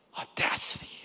audacity